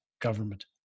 government